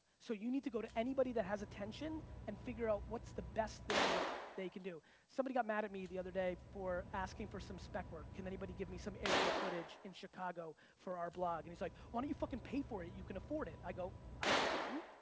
so you need to go to anybody that has attention and figure out what's the best thing that they could do. somebody got mad at me the other day for asking for some spec work. can anybody give me some aerial footage in chicago for our blog? and he's like, why don't you fuckin' pay for it you can afford it? i go i can,